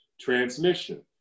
transmission